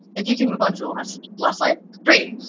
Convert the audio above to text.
if you can move on to the last last slide. great.